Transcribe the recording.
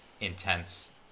intense